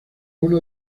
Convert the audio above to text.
uno